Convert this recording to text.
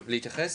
אפשר להתייחס?